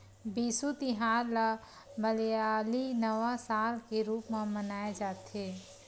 बिसु तिहार ल मलयाली नवा साल के रूप म मनाए जाथे